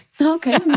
okay